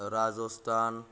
Rajasthan